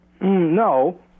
No